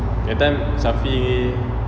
that time safi